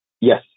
Yes